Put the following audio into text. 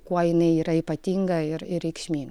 kuo jinai yra ypatinga ir reikšminga